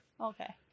Okay